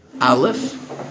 Aleph